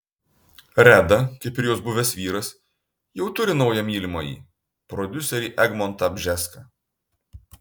reda kaip ir jos buvęs vyras jau turi naują mylimąjį prodiuserį egmontą bžeską